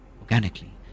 organically